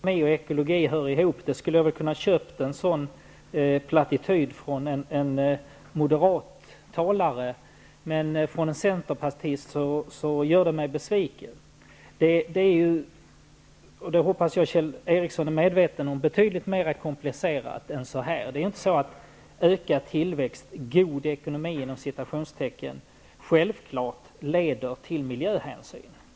Herr talman! Kjell Ericsson säger att ekonomi och ekologi inte hör ihop. Jag skulle ha köpt en sådan plattityd från en moderat talare, men det gör mig besviken att få höra en sådan från en centerpartist. Jag hoppas att Kjell Ericsson är medveten om att det här är betydligt mer komplicerat än så. Det är inte så att ökad tillväxt och ''god ekonomi'' självklart leder till att man tar miljöhänsyn.